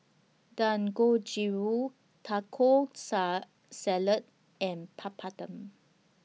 Dangojiru Taco Sa Salad and Papadum